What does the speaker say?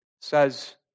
says